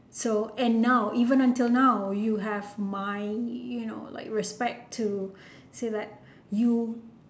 so and now even until now you have my you know like my respect to say that you